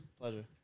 pleasure